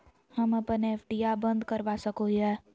हम अप्पन एफ.डी आ बंद करवा सको हियै